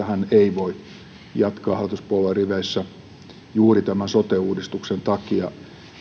hän ei voi jatkaa hallituspuolueen riveissä juuri tämän sote uudistuksen takia